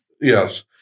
yes